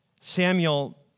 Samuel